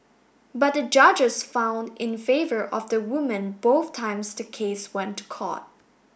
but the judges found in favour of the woman both times the case went to court